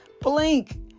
blink